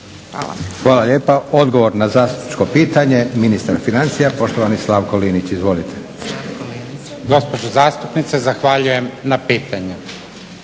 Hvala lijepa. Odgovor na zastupničko pitanje, ministar financija poštovani Slavko Linić. Izvolite. **Linić, Slavko (SDP)** Gospođo zastupnice zahvaljujem na pitanju.